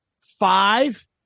five